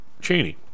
Cheney